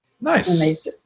Nice